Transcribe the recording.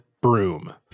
broom